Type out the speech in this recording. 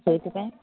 ସେଇଥିପ ପାଇଁଁ